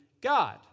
god